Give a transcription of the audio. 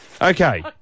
Okay